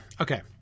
Okay